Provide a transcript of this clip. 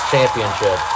championship